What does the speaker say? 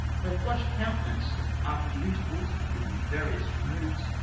her flushed coun tenance after the intervals between the various removes,